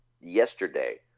yesterday